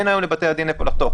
אין היום לבתי-הדין איפה לחתוך.